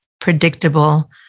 predictable